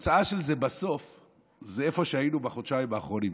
התוצאה של זה בסוף זה איפה שהיינו בחודשיים האחרונים,